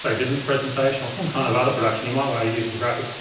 so business presentation or some kind of other production you might want to use some graphics.